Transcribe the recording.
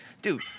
Dude